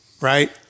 right